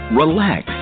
relax